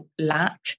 lack